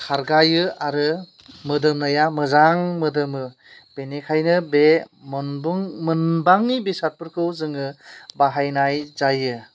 खारगायो आरो मोदोमनाया मोजां मोदोमो बेनिखायनो बे मोनबाङि बेसादफोरखौ जोङो बाहायनाय जायो